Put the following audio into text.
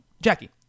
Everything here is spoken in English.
Jackie